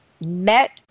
met